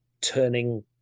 turning